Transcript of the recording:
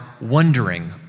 wondering